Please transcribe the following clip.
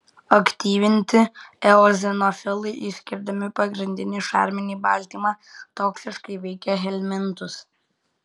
aktyvinti eozinofilai išskirdami pagrindinį šarminį baltymą toksiškai veikia helmintus